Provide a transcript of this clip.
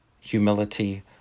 humility